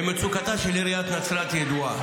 מצוקתה של עיריית נצרת ידועה,